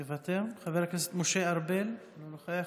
מוותר, חבר הכנסת משה ארבל, אינו נוכח.